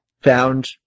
found